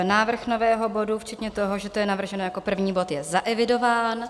Návrh nového bodu včetně toho, že to je navrženo jako první bod, je zaevidován.